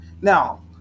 Now